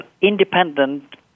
independent